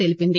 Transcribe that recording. తెలిపింది